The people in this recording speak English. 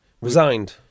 resigned